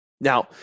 Now